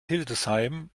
hildesheim